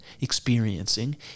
experiencing